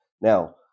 Now